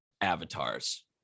avatars